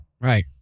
Right